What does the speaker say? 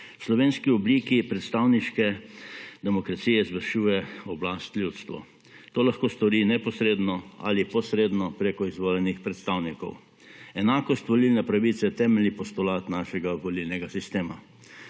V slovenski obliki predstavniške demokracije izvršuje oblast ljudstvo. To lahko stori neposredno ali posredno preko izvoljenih predstavnikov. Enakost volilne pravice je temeljni postulat našega volilnega sistema.